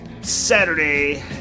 Saturday